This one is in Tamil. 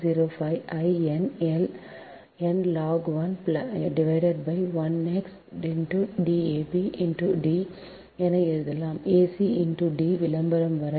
4605 I n log 1 rx × D ab × D என எழுதலாம் ac × D விளம்பரம் வரை